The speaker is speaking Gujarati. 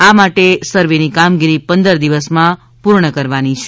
આ માટે સર્વેની કામગીરી પંદર દિવસમાં પૂર્ણ કરવાની છે